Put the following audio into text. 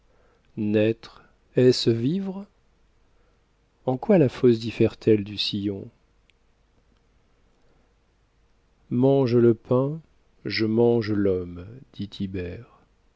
est-ce vivre en quoi la fosse diffère-t-elle du sillon mange le pain je mange l'homme dit